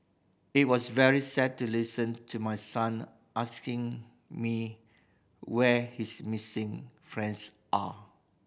it was very sad to listen to my son asking me where his missing friends are